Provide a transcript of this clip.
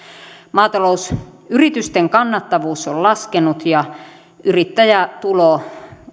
maatalousyritysten kannattavuus on laskenut ja yrittäjätulo